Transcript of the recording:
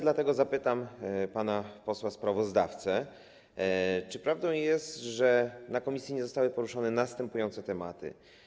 Dlatego zapytam pana posła sprawozdawcę, czy prawdą jest, że na posiedzeniu komisji nie zostały poruszone następujące tematy.